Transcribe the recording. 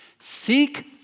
Seek